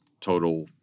total